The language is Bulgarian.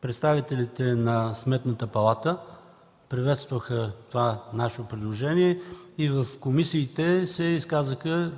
представителите на Сметната палата приветстваха това наше предложение и в комисиите се изказаха